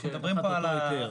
אנחנו מדברים פה על האנטנה,